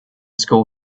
school